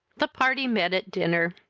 the party met at dinner.